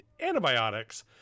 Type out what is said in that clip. antibiotics